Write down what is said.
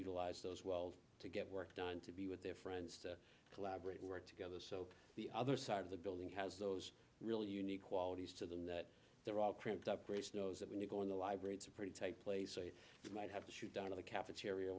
utilize those well to get work done to be with their friends to collaborate work together so the other side of the building has those really unique qualities to them that they're all cranked up race knows that when you go in the library it's a pretty take place a might have to shoot down of the cafeteria